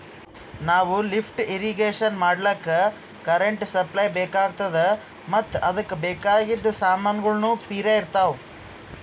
ನಾವ್ lift irrigation ಮಾಡ್ಲಕ್ಕ್ current supply ಬೆಕಾತದ್ ಮತ್ತ್ ಅದಕ್ಕ್ ಬೇಕಾಗಿದ್ ಸಮಾನ್ಗೊಳ್ನು ಪಿರೆ ಇರ್ತವ್